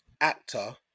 actor